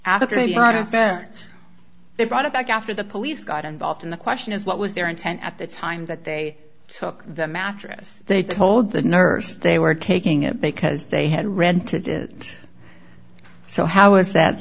fence they brought it back after the police got involved in the question is what was their intent at the time that they took the mattress they told the nurse they were taking it because they had rented it so how was that